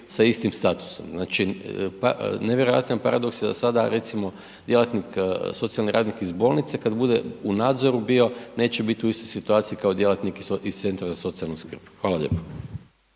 sa istim statusom. Znači nevjerojatan je paradoks da sada recimo djelatnik socijalni radnik iz bolnice kad bude u nadzoru bio neće biti u istoj situaciji kao djelatnih iz CZSS. Hvala lijepo.